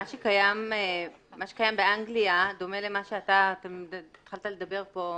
מה שקיים באנגליה דומה למה שאתה התחלת לדבר פה,